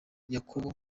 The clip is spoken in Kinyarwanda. yakobo